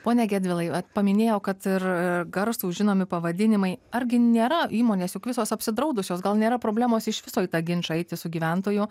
pone gedvilai paminėjo kad ir garsūs žinomi pavadinimai argi nėra įmonės juk visos apsidraudusios gal nėra problemos iš viso į tą ginčą eiti su gyventoju